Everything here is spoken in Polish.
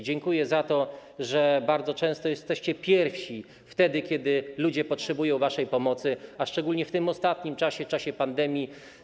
Dziękuję za to, że bardzo często jesteście pierwsi wtedy, kiedy ludzie potrzebują waszej pomocy, a szczególnie w tym ostatnim czasie, czasie pandemii.